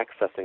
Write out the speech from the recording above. accessing